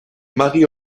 marie